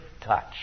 touch